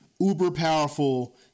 uber-powerful